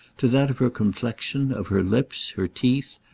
to that of her complexion, of her lips, her teeth,